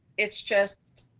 it's just,